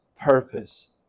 purpose